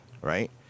right